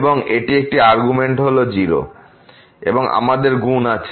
এবং এই একটি আরগুমেন্ট হল 0 এবং আমাদের গুণ আছে